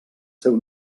seu